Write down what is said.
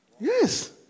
Yes